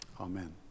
Amen